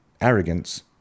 Arrogance